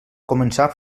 començar